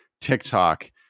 TikTok